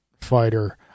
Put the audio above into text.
fighter